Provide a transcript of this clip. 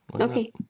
okay